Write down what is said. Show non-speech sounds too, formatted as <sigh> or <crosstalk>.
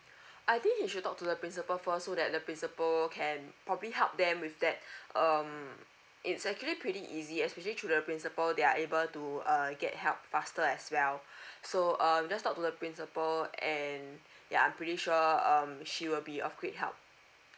I think you should talk to the principal first so that the principal can probably help them with that <breath> um it's actually pretty easy especially through the principal they are able to uh get help faster as well <breath> so um just talk to the principal and yeah I'm pretty sure um she will be of quick help